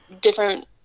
different